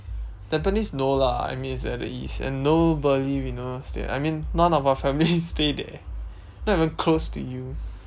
tampines no lah I mean it's at the east and nobody we know stays there I mean none of our families stay there not even close to you